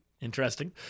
Interesting